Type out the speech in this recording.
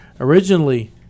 Originally